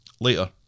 Later